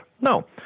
No